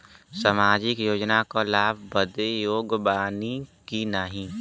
सामाजिक योजना क लाभ बदे योग्य बानी की नाही?